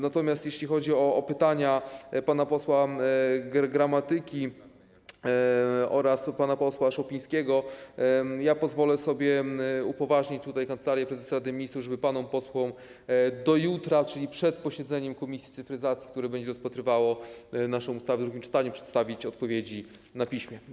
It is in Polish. Natomiast jeśli chodzi o pytania pana posła Gramatyki oraz pana posła Szopińskiego, to pozwolę sobie upoważnić Kancelarię Prezesa Rady Ministrów, żeby panom posłom do jutra - czyli przed posiedzeniem komisji cyfryzacji, która będzie rozpatrywała naszą ustawę w drugim czytaniu - przedstawić odpowiedzi na piśmie.